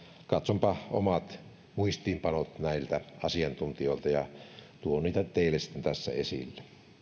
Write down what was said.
katsonpa omat muistiinpanot näiltä asiantuntijoilta ja tuon niitä teille sitten tässä esille